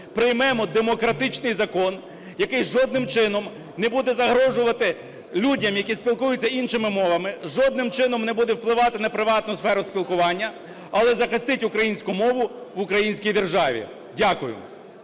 приймемо демократичний закон, який жодним чином не буде загрожувати людям, які спілкуються іншими мовами, жодним чином не буде впливати на приватну сферу спілкування, але захистить українську мову в українській державі. Дякую.